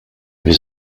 was